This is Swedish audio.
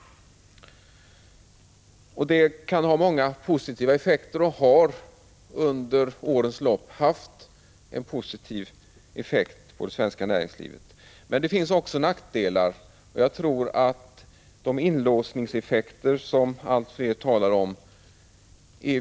Detta har under årens lopp haft en positiv effekt på det svenska näringslivet. Men det finns också nackdelar, och jag tror det är viktigt att observera de inlåsningseffekter som allt fler talar om.